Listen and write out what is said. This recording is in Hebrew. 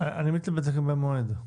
אני מתבלט לגבי המועד.